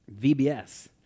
VBS